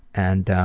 and